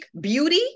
beauty